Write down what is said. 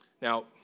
Now